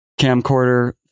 Camcorder